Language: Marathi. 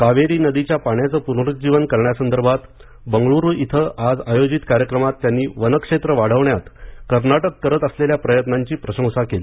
कावेरी नदीच्या पाण्याचं पुनरूज्जीवन करण्यासंदर्भात बंगलुरु इथं आज आयोजित कार्यक्रमात त्यांनी वन क्षेत्र वाढविण्यात कर्नाटक करत असलेल्या प्रयत्नांची प्रशंसा केली